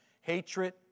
hatred